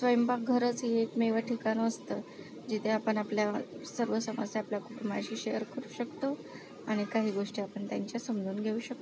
स्वयंपाकघरच हे एकमेव ठिकाण असतं जिथे आपण आपल्या सर्व समस्या आपल्या कुटुंबाशी शेअर करू शकतो आणि काही गोष्टी आपण त्यांच्या समजाऊन घेऊ शकतो